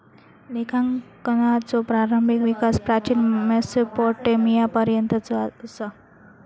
लेखांकनाचो प्रारंभिक विकास प्राचीन मेसोपोटेमियापर्यंतचो असा